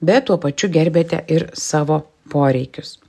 bet tuo pačiu gerbiate ir savo poreikius